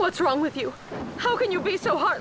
what's wrong with you how can you be so hear